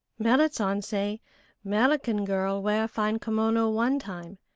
merrit san say merican girl wear fine kimono one time,